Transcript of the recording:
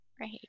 Right